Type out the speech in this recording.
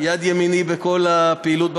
יד ימיני בכל הפעילות בוועדה,